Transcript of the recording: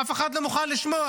אף אחד לא מוכן לשמוע,